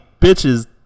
bitches